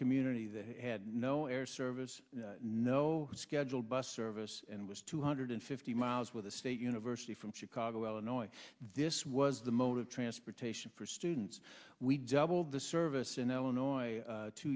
community that had no air service no scheduled bus service and was two hundred fifty miles with the state university from chicago illinois this was the motive transportation for students we doubled the service in illinois